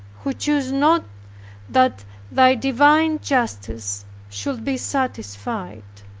who choose not that thy divine justice should be satisfied